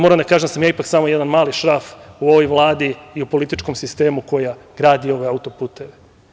Moram da kažem da sam ipak samo jedan mali šraf u ovoj Vladi i u ovom političkom sistemu koji gradi ove autoputeve.